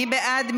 מי בעד?